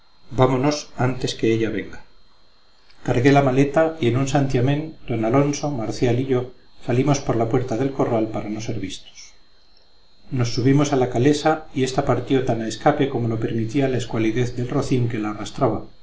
vámonos antes que ella venga cargué la maleta y en un santiamén don alonso marcial y yo salimos por la puerta del corral para no ser vistos nos subimos a la y esta partió tan a escape como lo permitía la escualidez del rocín que la arrastraba